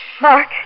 Mark